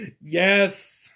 yes